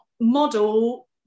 model